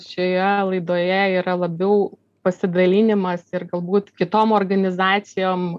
šioje laidoje yra labiau pasidalinimas ir galbūt kitom organizacijom